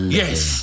yes